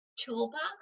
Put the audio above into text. toolbox